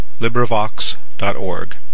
LibriVox.org